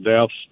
deaths